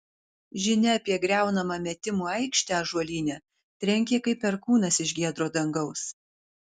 žinia apie griaunamą metimų aikštę ąžuolyne trenkė kaip perkūnas iš giedro dangaus